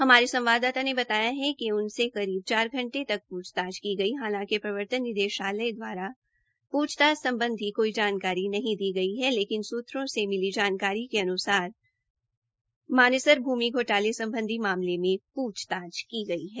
हमारे संवाददाता ने बताया कि उनसे करीब चार घंटे तक प्रछताछ की गई हालांकि प्रवर्तन निदेशालय द्वारा प्छताछ सम्बधी कोई जानकारी नहीं दी गई लेकिन सत्रों से मिली जानकारी के अन्सार सूत्रों से मानेसर भूमि घोटाले सम्बधी मामले में पूछताछ की गई है